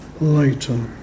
later